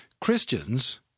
Christians –